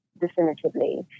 definitively